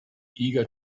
eager